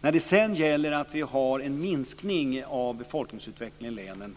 Det är väldigt olyckligt att vi har en minskning av befolkningsutvecklingen i länen.